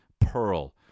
pearl